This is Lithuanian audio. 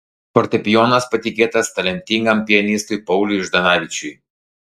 fortepijonas patikėtas talentingam pianistui pauliui zdanavičiui